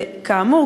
וכאמור,